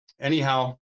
Anyhow